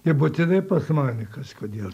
tai būtinai pas mane kažkodėl tai